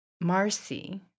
Marcy